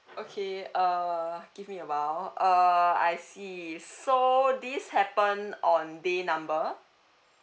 okay uh give me awhile uh I see so this happened on day number